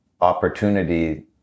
opportunity